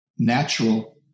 Natural